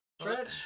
Stretch